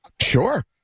sure